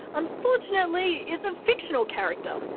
unfortunately, is a fictional character.